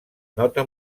nota